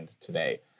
today